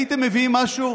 הייתם מביאים משהו,